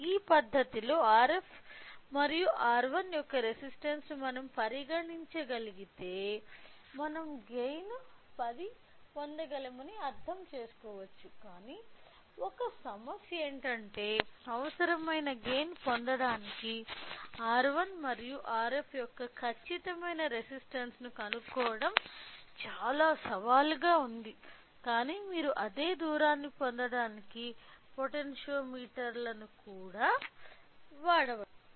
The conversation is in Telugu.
ఈ పద్ధతిలో Rf మరియు R1 యొక్క రెసిస్టన్స్ ను మనం పరిగణించగలిగితే మనం గైన్ 10 పొందగలమని అర్థం చేసుకోవచ్చు కాని ఒకే సమస్య ఏమిటంటే అవసరమైన గైన్ పొందడానికి R1 మరియు Rf యొక్క ఖచ్చితమైన రెసిస్టన్స్ ను కనుగొనడం చాలా సవాలుగా ఉంది కానీ మీరు అదే దూరాన్ని పొందడానికి పొటెన్షియోమీటర్లను వాడవచ్చు